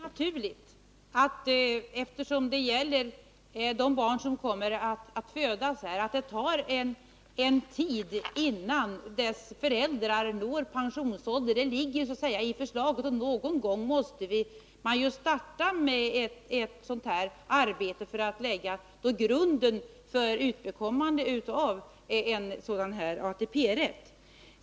Herr talman! Eftersom det här gäller de barn som kommer att födas är det ju naturligt, Karin Nordlander, att det tar en tid innan föräldrarna når pensionsåldern. Det ligger så att säga i förslaget, och någon gång måste man starta med ett arbete för att lägga grunden för en sådan här ATP-rätt.